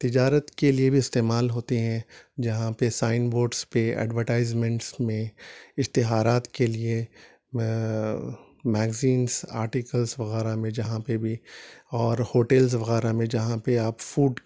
تجارت کے لیے بھی استعمال ہوتی ہیں جہاں پہ سائن بورڈس پہ ایڈورٹائزمنٹس میں اشتہارات کے لیے میگزینس آرٹکلس وغیرہ میں جہاں پہ بھی اور ہوٹلز وغیرہ میں جہاں پہ آپ فوڈ